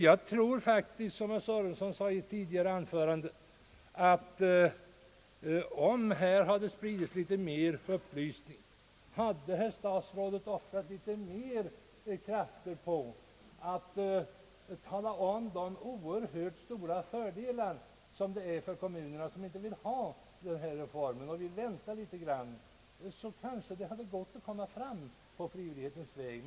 Jag tror faktiskt, som herr Sörenson sade i ett tidigare anförande, att om här hade spritts mer upplysning, om herr statsrådet hade offrat mer krafter på att tala om de oerhört stora fördelar en kommun enligt statsrådets mening får vid en sammanläggning, de fördelar som det är för kommuner som inte vill ha den här reformen utan som vill vänta litet, då kanske det hade gått att komma fram på frivillighetens väg.